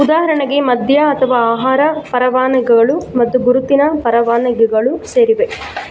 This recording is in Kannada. ಉದಾಹರಣೆಗೆ ಮದ್ಯ ಅಥವಾ ಆಹಾರ ಪರವಾನಗಿಗಳು ಮತ್ತು ಗುರುತಿನ ಪರವಾನಗಿಗಳು ಸೇರಿವೆ